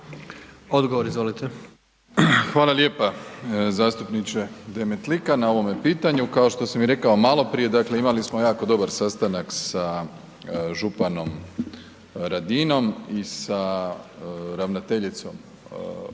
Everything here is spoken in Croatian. Andrej (HDZ)** Hvala lijepa zastupniče Demetlika na ovome pitanju. Kao što sam i rekao maloprije dakle imali smo jako dobar sastanak sa županom Radinom i sa ravnateljicom opće